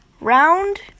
Round